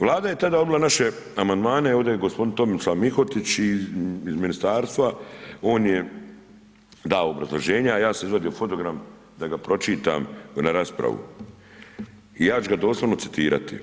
Vlada je tada odbila naše amandman, ovdje je gospodin Tomislav Mihotić iz ministarstva, on je dao obrazloženja a ja sam izvadio fonogram da ga pročitam na raspravu i ja ću ga doslovno citirati.